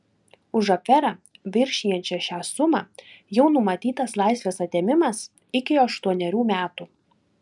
už aferą viršijančią šią sumą jau numatytas laisvės atėmimas iki aštuonerių metų